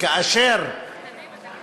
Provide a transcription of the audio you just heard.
ולגבי ילדים בכיתות הנמוכות ההמלצה